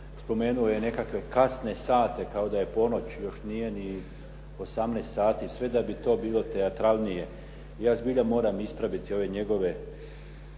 Spomenuo je nekakve kasne sate kao da je ponoć. Još nije ni 18 sati, sve da bi to bilo teatralnije. Ja zbilja moram ispraviti ove njegove